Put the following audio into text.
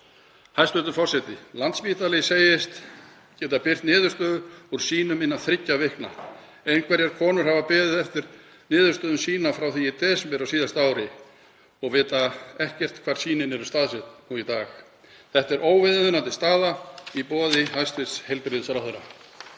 Hæstv. forseti. Landspítalinn segist geta birt niðurstöður úr sýnum innan þriggja vikna. Einhverjar konur hafa beðið eftir niðurstöðum sýna frá því í desember á síðasta ári og vita ekkert hvar sýnin eru staðsett í dag. Þetta er óviðunandi staða í boði hæstv. heilbrigðisráðherra.